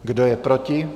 Kdo je proti?